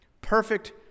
perfect